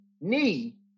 knee